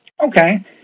Okay